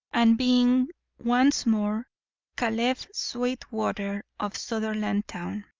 and being once more caleb sweetwater of sutherlandtown.